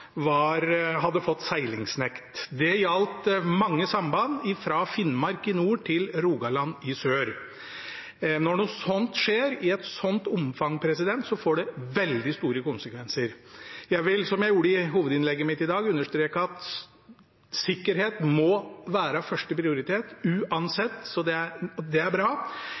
nord til Rogaland i sør. Når noe sånt skjer, i et sånt omfang, får det veldig store konsekvenser. Jeg vil, som jeg gjorde i hovedinnlegget mitt i dag, understreke at sikkerhet må være førsteprioritet uansett, så det er bra, men jeg vil utfordre samferdselsministeren fra hans ståsted som ansvarlig for det